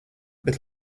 bet